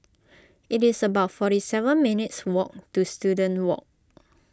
it is about forty seven minutes' walk to Student Walk